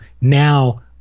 now